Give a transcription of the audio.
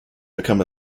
become